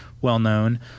well-known